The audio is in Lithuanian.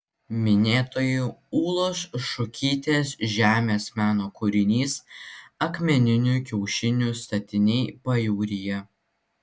minėtoji ūlos šukytės žemės meno kūrinys akmeninių kiaušinių statiniai pajūryje